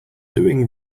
doing